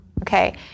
Okay